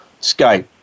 Skype